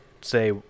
say